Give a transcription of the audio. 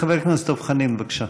חבר הכנסת דב חנין, בבקשה,